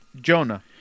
Jonah